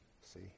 see